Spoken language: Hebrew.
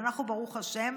אנחנו, ברוך השם,